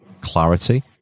clarity